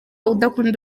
udakunda